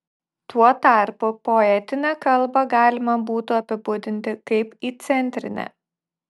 tuo tarpu poetinę kalbą galima būtų apibūdinti kaip įcentrinę